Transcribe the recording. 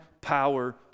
power